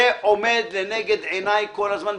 זה עומד לנגד עיניי כל הזמן.